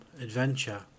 Adventure